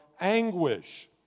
anguish